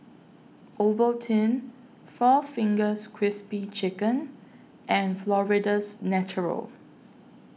Ovaltine four Fingers Crispy Chicken and Florida's Natural